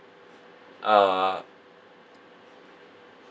uh